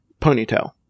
ponytail